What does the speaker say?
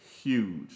huge